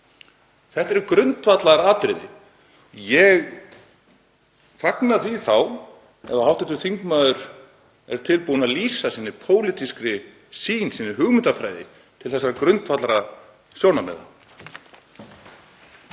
Þetta eru grundvallaratriði. Ég fagna því ef hv. þingmaður er tilbúinn að lýsa sinni pólitísku sýn, sinni hugmyndafræði um þessi grundvallarsjónarmið.